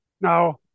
Now